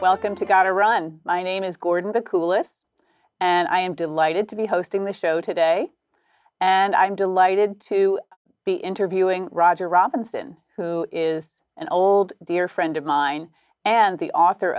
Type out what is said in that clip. welcome to got to run my name is gordon the coolest and i am delighted to be hosting the show today and i'm delighted to be interviewing roger robinson who is an old dear friend of mine and the author